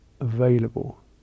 available